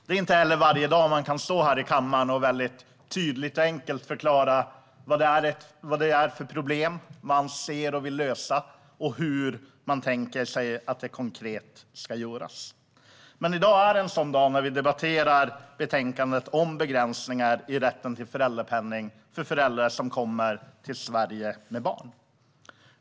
Det är inte varje dag man kan stå här i kammaren och mycket tydligt och enkelt förklara vilket problem som man ser och vill lösa och hur man tänker sig att det konkret ska göras. Men i dag är det en sådan dag då vi debatterar betänkandet om begränsningar i rätten till föräldrapenning för föräldrar som kommer till Sverige med barn.